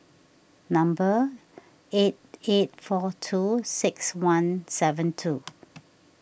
number eight eight four two six one seven two